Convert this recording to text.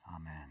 Amen